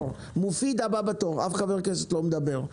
מופיד הבא בתור, אף חבר כנסת לא מדבר.